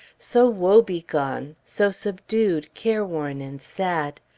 so woebegone! so subdued, careworn, and sad!